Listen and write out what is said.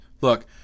look –